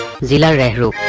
zero zero